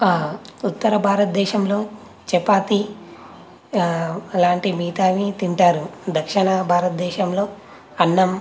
ఉత్తర భారతదేశంలో చపాతి అలాంటి మిగతావి తింటారు దక్షిణ భారతదేశంలో అన్నం